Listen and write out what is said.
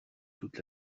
toute